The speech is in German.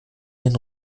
den